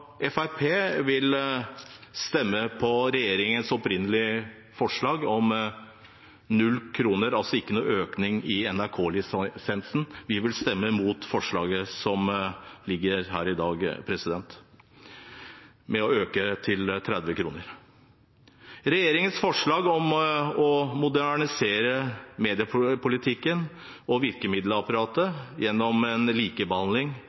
vil stemme på regjeringens opprinnelige forslag om 0 kr, altså ikke noen økning i NRK-lisensen. Vi vil stemme mot forslaget som foreligger her i dag, med å øke med 30 kr. Regjeringen har foreslått å modernisere mediepolitikken og virkemiddelapparatet gjennom likebehandling